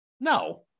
No